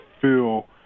feel